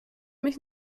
mich